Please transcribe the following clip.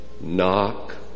knock